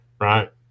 Right